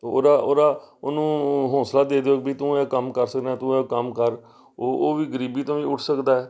ਉਹਦਾ ਉਹਦਾ ਉਹਨੂੰ ਹੌਸਲਾ ਦੇ ਦਿਓ ਵੀ ਤੂੰ ਇਹ ਕੰਮ ਕਰ ਸਕਦਾ ਤੂੰ ਇਹ ਕੰਮ ਕਰ ਉਹ ਉਹ ਵੀ ਗਰੀਬੀ ਤੋਂ ਵੀ ਉੱਠ ਸਕਦਾ